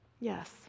Yes